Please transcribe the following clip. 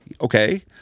Okay